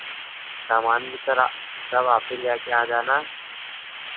सामान भी सारा सब आप ही लेके आ जाना